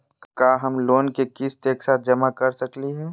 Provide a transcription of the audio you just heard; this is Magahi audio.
का हम लोन के किस्त एक साथ जमा कर सकली हे?